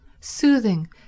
soothing